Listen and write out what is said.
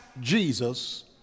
Jesus